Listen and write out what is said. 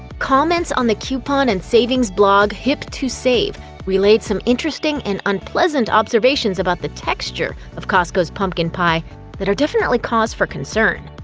comments on the coupon and savings blog hip two save relayed some interesting and unpleasant observations about the texture of costco's pumpkin pie that are definitely cause for concern.